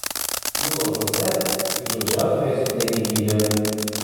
jų laužuose piktžodžiautojai sudegė gyvi